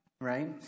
right